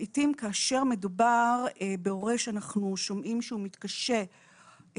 כאשר מדובר בהורה שאנחנו שומעים שהוא מתקשה,